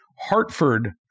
Hartford